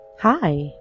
hi